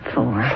Four